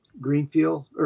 Greenfield